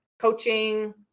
coaching